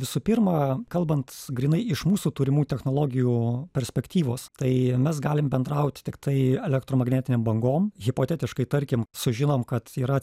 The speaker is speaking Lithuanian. visų pirma kalbant grynai iš mūsų turimų technologijų perspektyvos tai mes galim bendrauti tiktai elektromagnetinėm bangom hipotetiškai tarkim sužinom kad yra